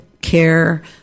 care